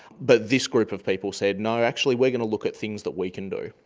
but this group of people said no, actually we are going to look at things that we can do.